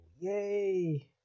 Yay